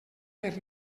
per